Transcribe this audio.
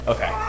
Okay